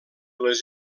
les